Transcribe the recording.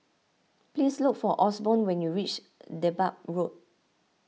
please look for Osborn when you reach Dedap Road